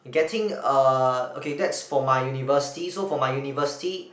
getting a okay that's for my university so for my university